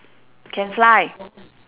can fly